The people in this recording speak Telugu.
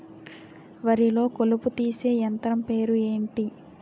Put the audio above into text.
వరి లొ కలుపు తీసే యంత్రం పేరు ఎంటి?